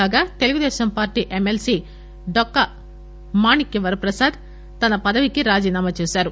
కాగా Telugu Desam party MLC Dokka Manikya Varaprasad తన పదవికి రాజీనామా చేశారు